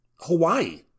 Hawaii